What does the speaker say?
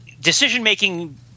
decision-making –